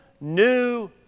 New